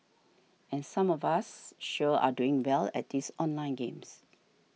and some of us sure are doing well at these online games